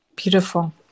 Beautiful